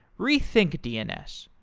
rethink dns,